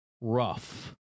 rough